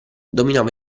dominava